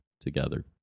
together